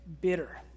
bitter